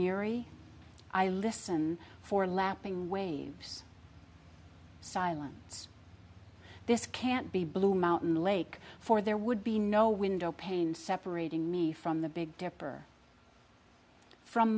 neary i listen for lapping waves silence this can't be blue mountain lake for there would be no window pane separating me from the big dipper from